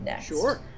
Sure